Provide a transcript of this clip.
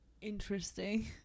Interesting